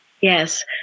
Yes